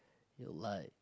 a live